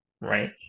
right